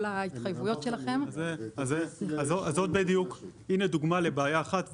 ההתחייבויות שלכם -- הנה דוגמה לבעיה אחת,